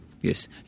Yes